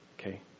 Okay